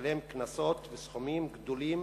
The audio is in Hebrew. לשלם קנסות, וסכומים גדולים